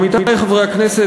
עמיתי חברי הכנסת,